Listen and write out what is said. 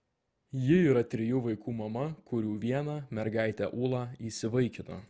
ji yra trijų vaikų mama kurių vieną mergaitę ūlą įsivaikino